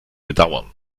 bedauern